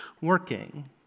working